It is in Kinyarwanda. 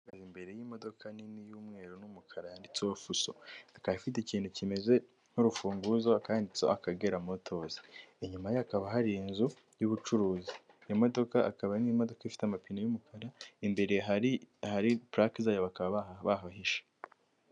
Ahagaze imbere y'imodoka nini y'umweru n'umukara yanditseho fuso, ikaba ifite ikintu kimeze nk'urufunguzo, hakaba handitseho Akagera motozi, inyuma ye hakaba hari inzu y'ubucuruzi, iyo modoka akaba ari ni imodoka ifite amapine y'umukara, imbere ahari pulake zayo bakaba bahahishe.